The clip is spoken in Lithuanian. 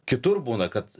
kitur būna kad